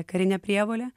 karinę prievolę